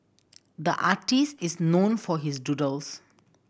the artist is known for his doodles